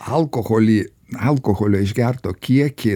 alkoholį alkoholio išgerto kiekį